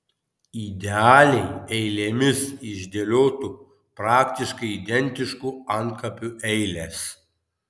idealiai eilėmis išdėliotų praktiškai identiškų antkapių eilės